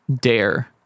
dare